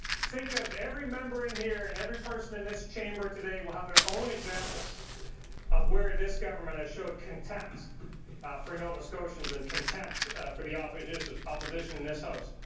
think of every member in here and every person in this chamber today will have their own examples of where this government has showed contempt for nova scotians and contempt for the opposition opposition in this house,